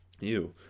Ew